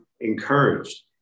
encouraged